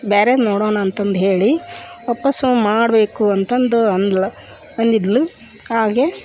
ಬ್ಯಾರೇದು ನೋಡೋಣ ಅಂತಂದು ಹೇಳಿ ವಾಪಸ್ಸು ಮಾಡಬೇಕು ಅಂತಂದು ಅಂದ್ಳು ಅಂದಿದ್ಳು ಹಾಗೇ